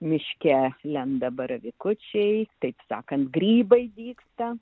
miške lenda baravykučiai taip sakant grybai dygsta